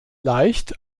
leicht